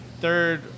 third